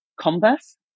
Converse